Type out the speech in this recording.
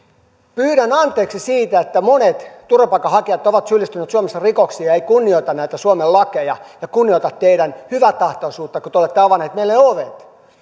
pyydän anteeksi sitä että monet turvapaikanhakijat ovat syyllistyneet suomessa rikoksiin ja eivät kunnioita näitä suomen lakeja ja kunnioita teidän hyväntahtoisuuttanne kun te olette avanneet meille ovet